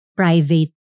private